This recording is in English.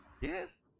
Yes